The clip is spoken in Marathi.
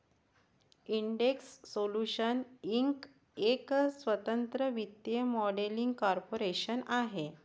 इंटेक्स सोल्यूशन्स इंक एक स्वतंत्र वित्तीय मॉडेलिंग कॉर्पोरेशन आहे